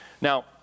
Now